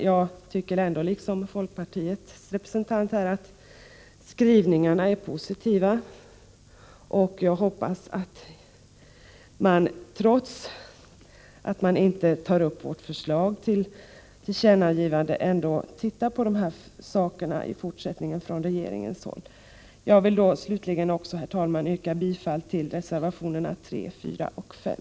Jag tycker ändå liksom folkpartiets representant att skrivningarna är positiva, och jag hoppas att regeringen, trots att utskottet inte vill föra frågan vidare, studerar den. Jag ber slutligen, herr talman, att få yrka bifall till reservationerna 3, 4 och 5.